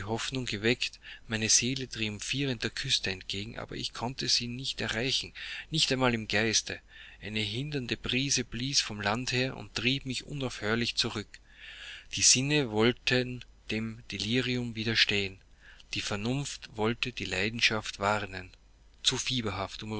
geweckt meine seele triumphierend der küste entgegen aber ich konnte sie nicht erreichen nicht einmal im geiste eine hindernde brise blies vom lande her und trieb mich unaufhörlich zurück die sinne wollten dem delirium widerstehen die vernunft wollte die leidenschaft warnen zu